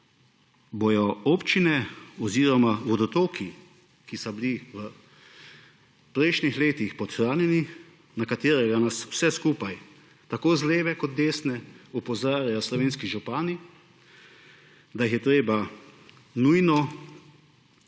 bodo občine oziroma vodotoki, ki so bili v prejšnjih letih podhranjeni, na katere nas vse skupaj, tako z leve kot desne, opozarjajo slovenski župani, da jih je treba nujno očistiti.